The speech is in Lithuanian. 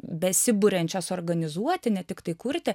besiburiančios organizuoti ne tiktai kurti